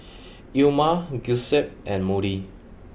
Ilma Giuseppe and Moody